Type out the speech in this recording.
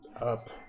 Up